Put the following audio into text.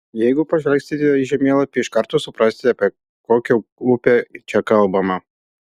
jeigu pažvelgsite į žemėlapį iš karto suprasite apie kokią upę čia kalbama